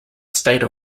state